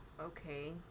okay